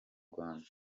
rwanda